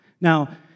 Now